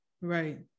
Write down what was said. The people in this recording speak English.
right